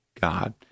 God